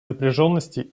напряженности